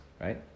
Right